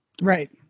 Right